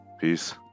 Peace